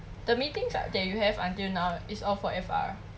the meetings that you have until now is all for F_R ah